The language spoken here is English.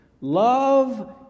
love